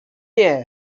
nie